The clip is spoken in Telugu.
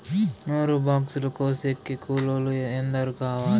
నూరు బాక్సులు కోసేకి కూలోల్లు ఎందరు కావాలి?